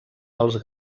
els